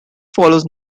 follows